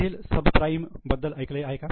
मधील सबप्राईम बद्दल ऐकले आहे का